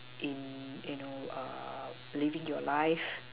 in in you know uh living your life